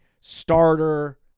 starter